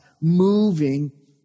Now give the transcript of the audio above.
moving